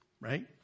right